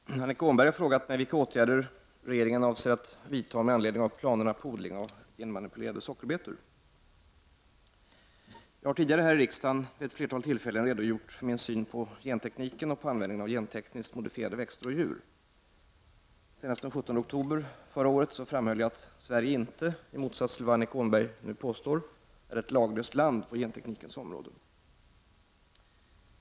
Herr talman! Annika Åhnberg har frågat mig vilka åtgärder regeringen avser att vidta med anledning av planerna på odling av genmanipulerade sockerbetor. Jag har tidigare här i riksdagen vid ett flertal tillfällen redogjort för min syn på gentekniken och på användningen av gentekniskt modifierade växter och djur. Senast den 17 oktober förra året framhöll jag att Sverige inte, i motsats till vad Annika Åhnberg nu påstår, är ett laglöst land på genteknikens område.